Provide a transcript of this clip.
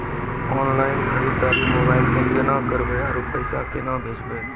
Online खरीददारी mobile से केना करबै, आरु पैसा केना भेजबै?